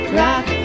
rock